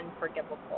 unforgivable